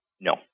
No